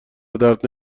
بدرد